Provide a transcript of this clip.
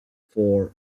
for